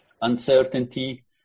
Uncertainty